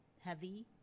heavy